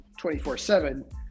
24-7